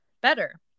better